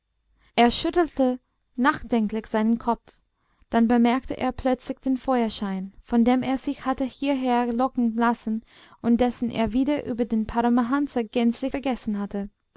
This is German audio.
er schüttelte nachdenklich seinen kopf dann bemerkte er plötzlich den feuerschein von dem er sich hatte hierher locken lassen und dessen er wieder über den paramahansa gänzlich vergessen hatte